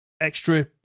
extra